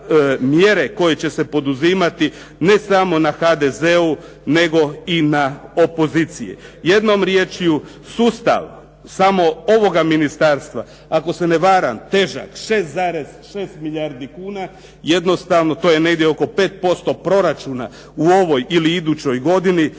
koje će se poduzimati, ne samo na HDZ-u, nego i na opoziciji. Jednom riječju sustav samo ovog ministarstva, ako se ne varam težak 6,6 milijardi kuna, jednostavno to je negdje oko 5% proračuna u ovoj ili idućoj godini